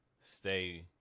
stay